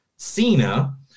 cena